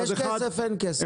יש כסף או אין כסף?